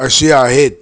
अशी आहेत